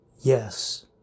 Yes